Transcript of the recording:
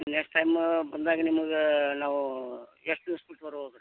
next time ಬಂದಾಗ ನಿಮ್ಗೆ ನಾವು ಎಷ್ಟು ದಿವ್ಸ ಬಿಟ್ಟು ಬರ್ಬೋದು ರೀ